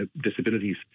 disabilities